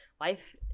life